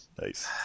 Nice